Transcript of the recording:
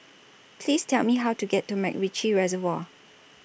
Please Tell Me How to get to Macritchie Reservoir